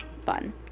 fun